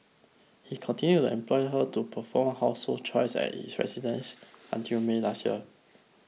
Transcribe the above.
he continued to employ her to perform household chores at his residence until May last year